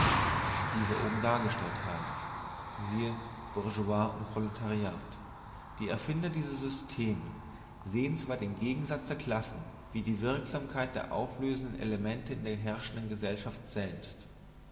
die wir oben dargestellt haben siehe bourgeoisie und proletariat die erfinder dieser systeme sehen zwar den gegensatz der klassen wie die wirksamkeit der auflösenden elemente in der herrschenden gesellschaft selbst